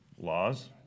Laws